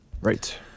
Right